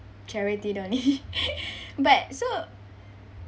charity don't need but so